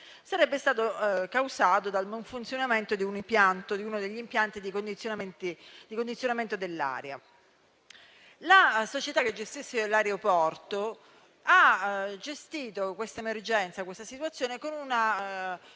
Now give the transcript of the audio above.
sarebbe stato causato dal malfunzionamento di uno degli impianti di condizionamento dell'aria. La società che gestisce l'aeroporto ha gestito questa emergenza con un